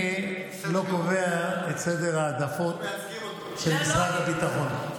אני לא קובע את סדר העדיפויות של משרד הביטחון.